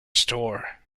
store